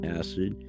acid